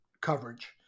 coverage